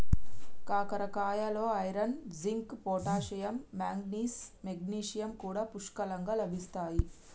కాకరకాయలో iron, zinc, potassium, manganese, magnesium కూడా పుష్కలంగా లభిస్తాయి